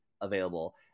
available